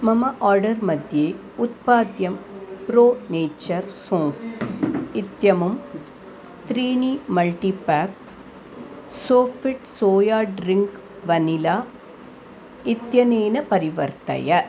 मम आर्डर् मध्ये उत्पाद्यं प्रो नेचर् सोम्प् इत्यमुं त्रीणि multipacks Sofit soya drink vanilla इत्यनेन परिवर्तय